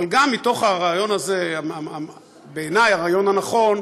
אבל גם מתוך הרעיון הזה, בעיני הרעיון הנכון,